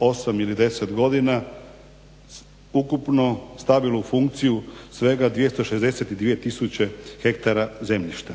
8 ili 10 godina ukupno stavilo u funkciju svega 262000 ha zemljišta.